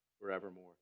forevermore